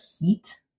heat